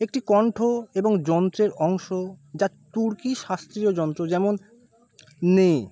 একটি কণ্ঠ এবং যন্ত্রের অংশ যা তুর্কি শাস্ত্রীয় যন্ত্র যেমন নে